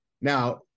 Now